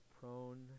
prone